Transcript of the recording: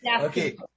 okay